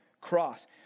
cross